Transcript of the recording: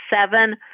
seven